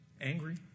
angry